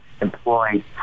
employed